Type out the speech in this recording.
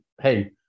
hey